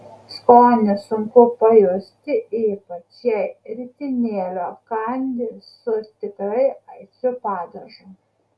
skonį sunku pajusti ypač jei ritinėlio kandi su tikrai aitriu padažu